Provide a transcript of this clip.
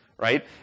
right